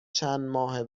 چندماه